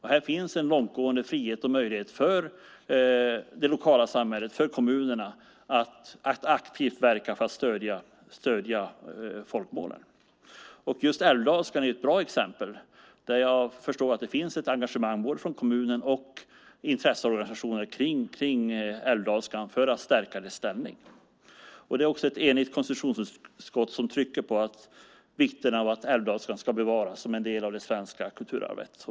Här finns en långtgående frihet och möjlighet för det lokala samhället, för kommunerna, att aktivt verka för att stödja folkmålen. Just älvdalskan är ett bra exempel där jag förstår att det finns ett engagemang både från kommunen och från intresseorganisationer kring älvdalskan för att stärka dess ställning. Det är också ett enigt konstitutionsutskott som trycker på vikten av att älvdalskan ska bevaras som en del av det svenska kulturarvet.